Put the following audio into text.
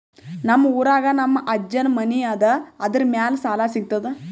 ನಮ್ ಊರಾಗ ನಮ್ ಅಜ್ಜನ್ ಮನಿ ಅದ, ಅದರ ಮ್ಯಾಲ ಸಾಲಾ ಸಿಗ್ತದ?